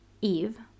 eve